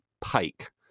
Pike